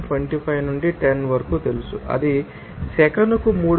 25 నుండి 10 వరకు తెలుసు అది సెకనుకు 348